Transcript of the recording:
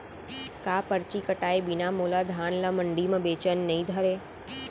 का परची कटाय बिना मोला धान ल मंडी म बेचन नई धरय?